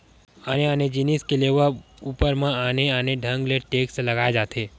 आने आने जिनिस के लेवब ऊपर म आने आने ढंग ले टेक्स लगाए जाथे